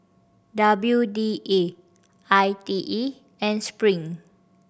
W D A I T E and Spring